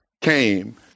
came